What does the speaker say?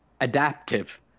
adaptive